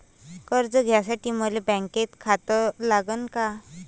कर्ज काढासाठी मले बँकेत खातं लागन का?